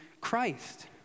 Christ